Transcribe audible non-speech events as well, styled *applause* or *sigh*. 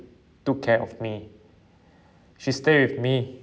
took care of me *breath* she stay with me